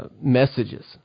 messages